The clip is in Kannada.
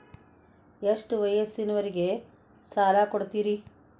ಎಷ್ಟ ವಯಸ್ಸಿನವರಿಗೆ ಸಾಲ ಕೊಡ್ತಿರಿ?